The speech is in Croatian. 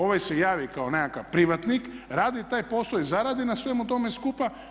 Ovaj se javi kao nekakav privatnik, radi taj posao i zaradi na svemu tome skupa.